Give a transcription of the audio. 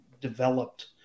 developed